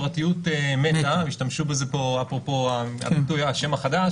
הפרטיות מתה השתמשו בזה אפרופו השם החדש